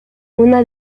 una